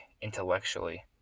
intellectually